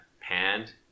panned